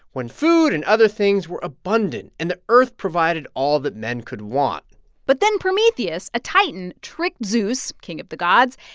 when food and other things were abundant, and the earth provided all that men could want but then prometheus, a titan, tricked zeus, king of the gods,